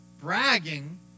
Bragging